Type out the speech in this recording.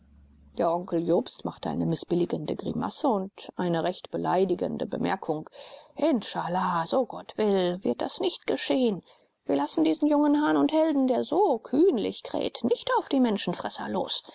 der onkel jobst machte eine mißbilligende grimasse und eine recht beleidigende bemerkung inschaallah so gott will wird das nicht geschehen wir lassen diesen jungen hahn und helden der so kühnlich kräht nicht auf die menschenfresser los